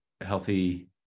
healthy